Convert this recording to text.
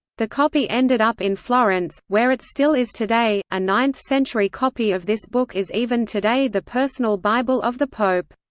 the copy ended up in florence, where it still is today a ninth-century copy of this book is even today the personal bible of the pope.